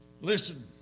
Listen